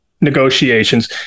negotiations